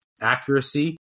accuracy